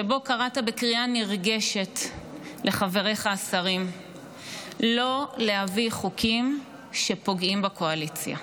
שבו קראת בקריאה נרגשת לחבריך השרים לא להביא חוקים שפוגעים בקואליציה.